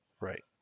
Right